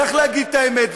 צריך להגיד את האמת,